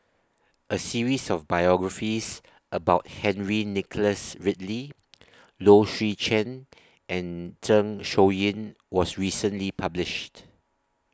A series of biographies about Henry Nicholas Ridley Low Swee Chen and Zeng Shouyin was recently published